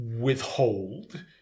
withhold